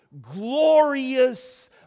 glorious